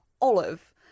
olive